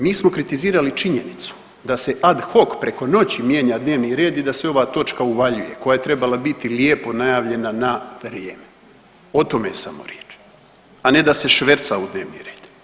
Mi smo kritizirali činjenicu da se ad hoc preko noći mijenja dnevni red i da se ova točka uvaljuje koja je trebala biti lijepo najavljena na vrijeme, o tome je samo riječ, a ne da se šverca u dnevni red.